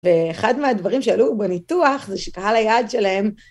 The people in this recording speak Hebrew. ואחד מהדברים שעלו בניתוח זה שקהל היעד שלהם,